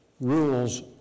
rules